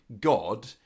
God